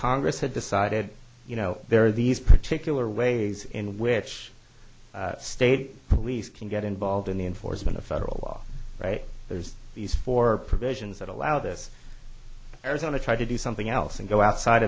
congress had decided you know there are these particular ways in which state police can get involved in the enforcement of federal law there's these four provisions that allow this arizona tried to do something else and go outside